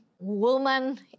woman